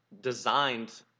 designed